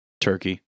Turkey